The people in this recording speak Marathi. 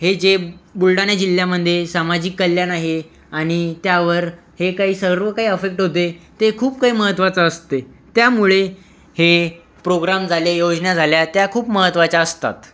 हे जे बुलढाणा जिल्ह्यामध्ये सामाजिक कल्याण आहे आणि त्यावर हे काही सर्व काही अफेक्ट होते ते खूप काय महत्वाचं असते त्यामुळे हे प्रोग्राम झाले योजना झाल्या त्या खूप महत्वाच्या असतात